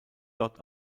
dort